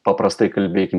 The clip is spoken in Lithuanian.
paprastai kalbėkim